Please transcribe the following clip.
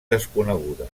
desconeguda